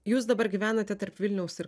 jūs dabar gyvenate tarp vilniaus ir